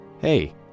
Hey